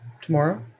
tomorrow